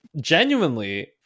genuinely